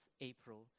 April